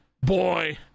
boy